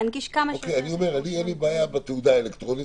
להנגיש כמה שיותר --- לי אין בעיה בתעודה האלקטרונית,